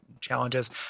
Challenges